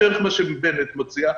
בערך מה שהשר בנט מציע,